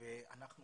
ואנחנו